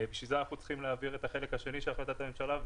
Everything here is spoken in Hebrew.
בשביל זה אנחנו צריכים להעביר את החלק השני של החלטת הממשלה,